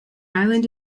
island